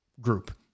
group